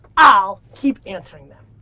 i'll keep answering them.